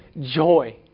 joy